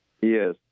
Yes